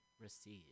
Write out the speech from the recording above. receive